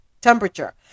temperature